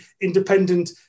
independent